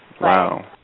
Wow